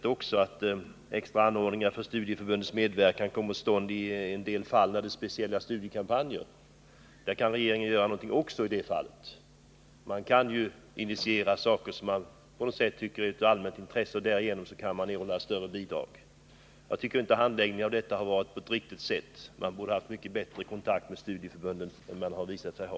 Jag tänker på att anordningar för studieförbundets medverkan bör komma till stånd i en del fall där det förs speciella studiekampanjer och där också regeringen kan göra någonting. Genom att initiera saker som man tycker är av allmänt intresse kan studieförbunden då erhålla större bidrag. Jag tycker inte att handläggningen av detta ärende har varit riktig. Man borde ha haft mycket bättre kontakt med studieförbunden än man har visat sig ha.